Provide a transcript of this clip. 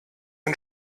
ein